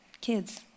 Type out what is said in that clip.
kids